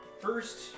first